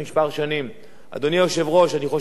אני חושב שאם הם חושבים,